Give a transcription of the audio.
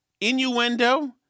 Innuendo